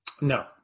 No